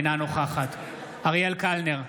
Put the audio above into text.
אינה נוכחת אריאל קלנר,